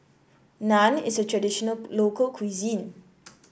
naan is a traditional local cuisine